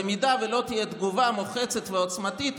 במידה שלא תהיה תגובה מוחצת ועוצמתית,